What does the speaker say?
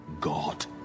God